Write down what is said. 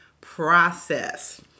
process